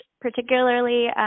particularly